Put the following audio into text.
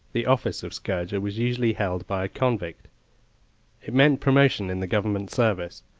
the office of scourger was usually held by a convict it meant promotion in the government service,